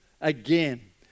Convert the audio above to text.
again